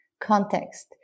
context